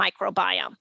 microbiome